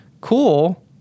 cool